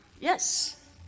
Yes